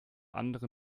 andere